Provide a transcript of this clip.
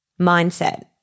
mindset